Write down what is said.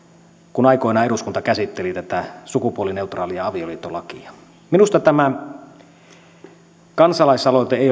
kun aikoinaan eduskunta käsitteli tätä sukupuolineutraalia avioliittolakia minusta tämä kansalaisaloite ei